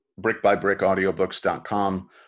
brickbybrickaudiobooks.com